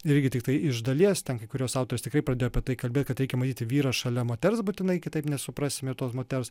irgi tiktai iš dalies ten kai kurios autorės tikrai pradėjo apie tai kalbėt kad reikia matyt vyrą šalia moters būtinai kitaip nesuprasime ir tos moters